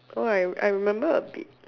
oh I I remember A